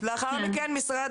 לאחר מכן משרד